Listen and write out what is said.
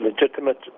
legitimate